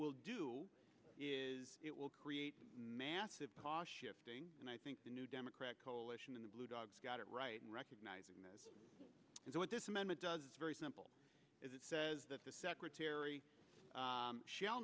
will do is it will create massive cost shifting and i think the new democrat coalition in the blue dogs got it right and recognizing this is what this amendment does is very simple it says that the secretary shall